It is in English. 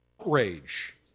outrage